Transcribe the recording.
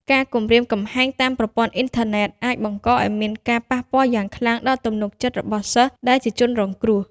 ការគំរាមកំហែងតាមប្រព័ន្ធអ៊ីនធឺណិតអាចបង្កឱ្យមានការប៉ះពាល់យ៉ាងខ្លាំងដល់ ទំនុកចិត្ត របស់សិស្សដែលជាជនរងគ្រោះ។